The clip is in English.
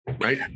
right